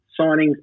signings